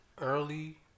early